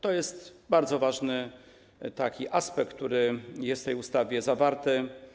To jest bardzo ważny aspekt, który jest w tej ustawie zawarty.